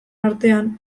artean